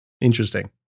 Interesting